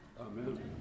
Amen